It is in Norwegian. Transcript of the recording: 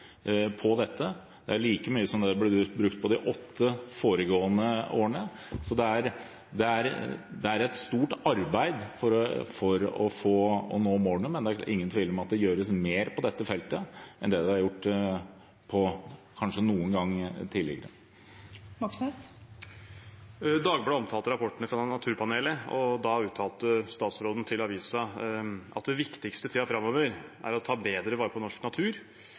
på dette. Det er like mye som ble brukt på de åtte foregående årene. Det er et stort arbeid som må gjøres for å nå målene, men det er ingen tvil om at det gjøres mer på dette feltet enn det har vært gjort kanskje noen gang tidligere. Det blir oppfølgingsspørsmål – først Bjørnar Moxnes. Dagbladet omtalte rapportene fra Naturpanelet, og da uttalte statsråden til avisen at det viktigste i tiden framover er å ta bedre vare på norsk natur,